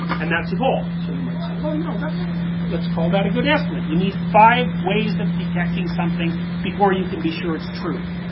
and that's evolved. so you might say, well you know let's call that a good estimate. you need five ways of detecting something before you can be sure it's true.